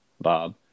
Bob